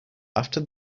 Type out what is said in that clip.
after